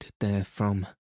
therefrom